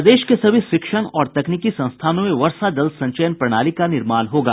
प्रदेश के सभी शिक्षण और तकनीकी संस्थानों में वर्षा जल संचयन प्रणाली का निर्माण होगा